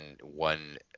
one